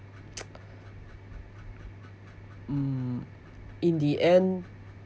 hmm in the end